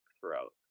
throughout